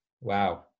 wow